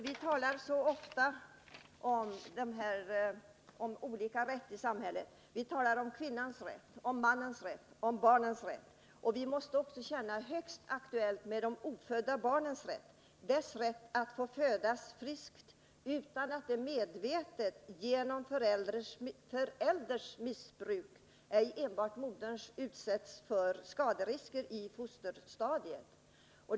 Vi talar ofta om olika gruppers rätt i samhället: kvinnans rätt, mannens rätt, barnens rätt. Vi måste känna att det också är högst aktuellt med de ofödda barnens rätt att få födas friska och inte utsättas för risker i fosterstadiet av medvetna åtgärder från föräldrarna — ej enbart modern.